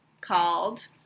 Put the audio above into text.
called